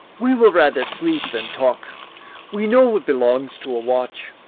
we will rather sleep than talk we know what belongs to a watch.